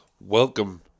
Welcome